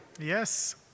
Yes